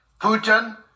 Putin